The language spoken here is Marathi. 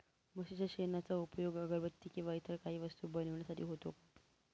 म्हशीच्या शेणाचा उपयोग अगरबत्ती किंवा इतर काही वस्तू बनविण्यासाठी होतो का?